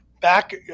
back